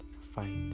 fight